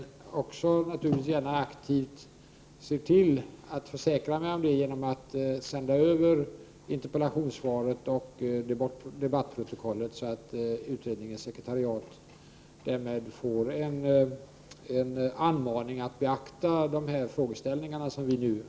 Men jag skall naturligtvis aktivt försäkra mig om det genom att sända över interpellationssvaret och dagens protokoll — just som en anmaning till utredningens sekretariat om att de frågor som vi här har diskuterat skall beaktas.